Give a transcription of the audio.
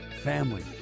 family